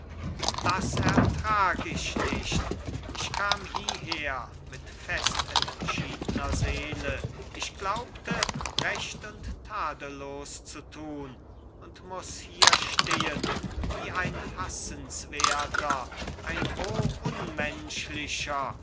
das ertrag ich nicht ich kam hieher mit fest entschiedner seele ich glaubte recht und tadellos zu tun und muß hier stehen wie ein hassenswerter ein roh unmenschlicher